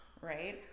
right